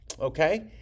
okay